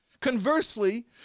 Conversely